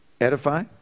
edify